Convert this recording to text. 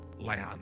Land